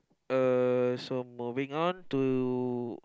uh so moving on to